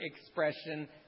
expression